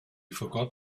forgot